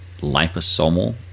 liposomal